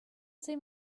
seem